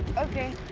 ok.